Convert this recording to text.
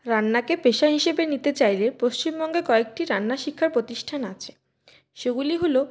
রান্নাকে পেশা হিসেবে নিতে চাইলে পশ্চিমবঙ্গে কয়েকটি রান্না শিক্ষার প্রতিষ্ঠান আছে সেগুলি হল